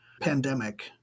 pandemic